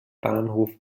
bahnhof